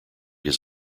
his